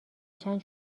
چند